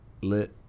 Lit